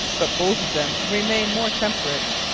but both of them remain more temperate.